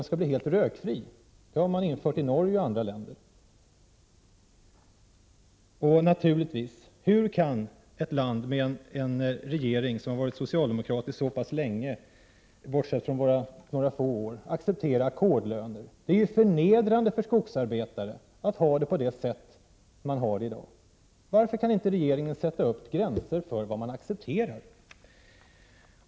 I Norge och i andra länder har man infört lagstiftning härvidlag. Hur kan ett land som har haft en socialdemokratisk regering så pass länge — med undantag för några få år — acceptera ackordslöner? Det är ju förnedrande för skogsarbetare att ha det som i dag. Varför kan inte regeringen sätta upp gränser för vad som skall accepteras?